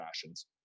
fashions